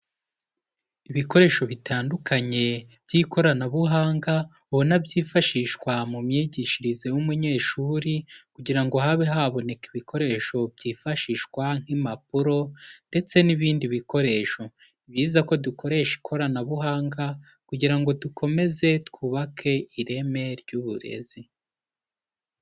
Ibikoresho bitandukanye by'ikoranabuhanga ubona byifashishwa mu myigishirize y'umunyeshuri kugira ngo habe haboneka ibikoresho byifashishwa nk'impapuro ndetse n'ibindi bikoresho, ni byiza ko dukoresha ikoranabuhanga kugira ngo dukomeze twubake ireme ry'uburezi.